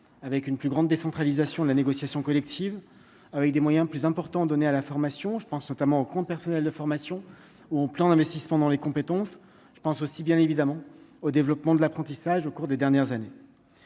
avec une plus grande décentralisation de la négociation collective, avec des moyens plus importants donnée à la formation, je pense notamment au compte personnel de formation au plan d'investissement dans les compétences, je pense aussi bien évidemment au développement de l'apprentissage au cours des dernières années,